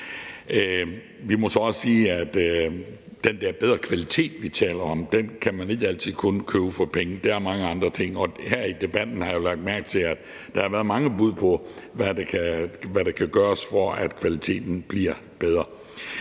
Vi må så også sige, at den der bedre kvalitet, vi taler om, kan man ikke altid kun købe for penge. Der er mange andre ting også, og her i debatten har jeg lagt mærke til, at der har været mange bud på, hvad der kan gøres, for at kvaliteten bliver bedre.